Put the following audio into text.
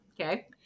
Okay